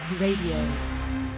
Radio